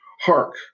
Hark